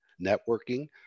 networking